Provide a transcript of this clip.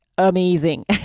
amazing